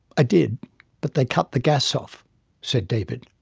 i did but they cut the gas off' said david.